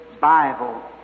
Bible